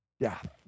death